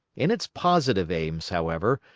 in its positive aims, however,